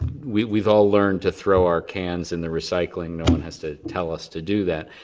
we've we've all learned to throw our cans in the recycling no one has to tell us to do that.